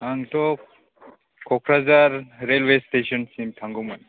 आंथ' Kokrajhar railway station सिम थांगौमोन